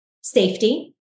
safety